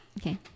Okay